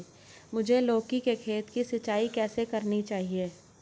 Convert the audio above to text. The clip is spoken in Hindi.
मुझे लौकी के खेत की सिंचाई कैसे करनी चाहिए?